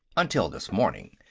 until this morning,